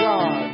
God